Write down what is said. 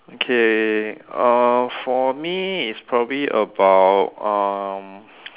okay uh for me is probably about um